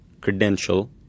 credential